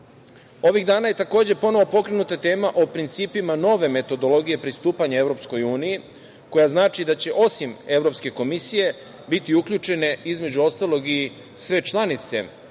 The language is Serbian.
dana je takođe ponovo pokrenuta tema o principima nove metodologije pristupanja EU, koja znači da će osim Evropske komisije biti uključene, između ostalog, i sve članice EU